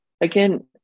again